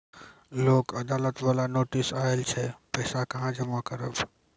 लोक अदालत बाला नोटिस आयल छै पैसा कहां जमा करबऽ?